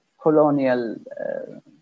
colonial